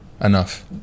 enough